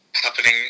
happening